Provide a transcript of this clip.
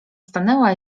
stanęła